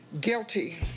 guilty